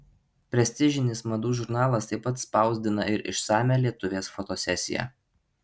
prestižinis madų žurnalas taip pat spausdina ir išsamią lietuvės fotosesiją